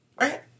right